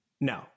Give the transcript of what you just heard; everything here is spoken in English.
No